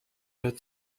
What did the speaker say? der